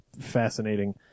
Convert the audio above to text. fascinating